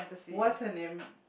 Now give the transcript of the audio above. what's her name